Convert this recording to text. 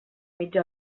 mitja